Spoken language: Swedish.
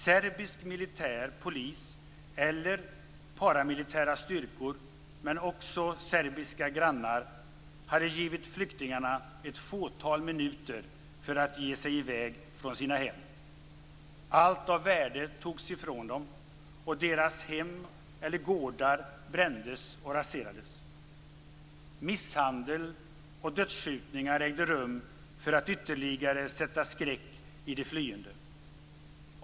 Serbisk militär, polis eller paramilitära styrkor, men också serbiska grannar, hade givit flyktingarna ett fåtal minuter för att ge sig i väg från sina hem. Allt av värde togs ifrån dem, och deras hem eller gårdar brändes och raserades. Misshandel och dödsskjutningar ägde rum för att ytterligare sätta skräck i de flyende.